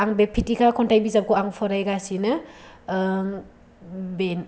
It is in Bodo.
आं बे फिथिखा खन्थाइ बिजाबखौ आं फरायगासिनो बेनो